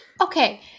okay